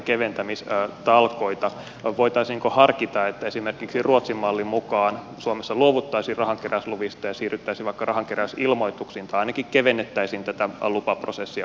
voitaisiinko osana näitä byrokratian keventämistalkoita harkita että esimerkiksi ruotsin mallin mukaan suomessa luovuttaisiin rahankeräysluvista ja siirryttäisiin vaikka rahankeräysilmoituksiin tai ainakin kevennettäisiin tätä lupaprosessia olennaisesti